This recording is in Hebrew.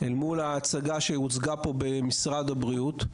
אל מול ההצגה שהוצגה פה במשרד הבריאות,